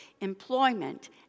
employment